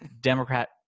Democrat